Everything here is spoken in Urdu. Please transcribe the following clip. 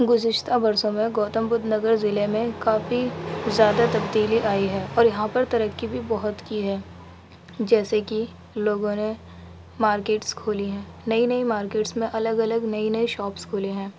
گزشتہ برسوں میں گوتم بدھ نگر ضلعے میں کافی زیادہ تبدیلی آئی ہے اور یہاں پر ترقی بھی بہت کی ہے جیسے کہ لوگوں نے مارکیٹس کھولی ہیں نئی نئی مارکیٹیس میں الگ الگ نئی نئی شاپس کھلے ہیں